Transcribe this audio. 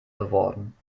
beworben